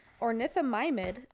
Ornithomimid